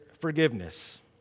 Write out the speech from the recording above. forgiveness